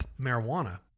marijuana